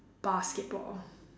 basketball